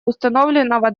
установленного